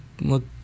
look